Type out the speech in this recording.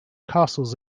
castles